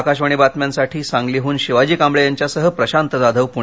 आकाशवाणीच्या बातम्यांसाठी सांगलीहन शिवाजी कांबळे यांच्यासह प्रशांत जाधव पुणे